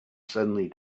suddenly